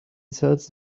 sells